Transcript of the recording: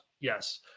Yes